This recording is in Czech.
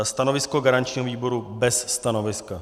Stanovisko garančního výboru bez stanoviska.